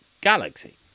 galaxy